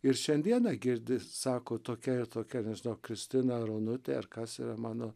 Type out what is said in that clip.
ir šiandieną girdi sako tokia ir tokia nežinau kristina ar onutė ar kas yra mano